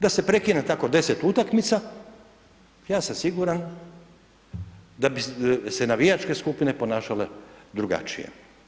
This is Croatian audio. Da se prekine tako 10 utakmica ja sam siguran da bi se navijačke skupine ponašale drugačije.